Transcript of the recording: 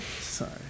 Sorry